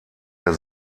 der